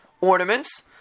ornaments